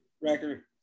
record